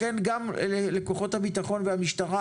לכן גם לכוחות הביטחון והמשטרה,